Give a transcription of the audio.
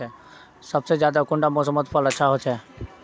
सबसे ज्यादा कुंडा मोसमोत फसल अच्छा होचे?